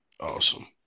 awesome